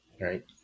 right